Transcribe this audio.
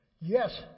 Yes